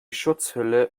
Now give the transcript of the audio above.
schutzhülle